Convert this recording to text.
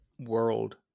world